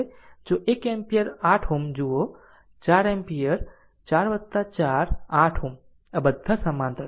જો 1 એમ્પીયર 8 Ω જુઓ 4 એમ્પીયર આ 4 4 8 Ω બધા સમાંતર છે